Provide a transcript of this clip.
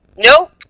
Nope